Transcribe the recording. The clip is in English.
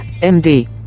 md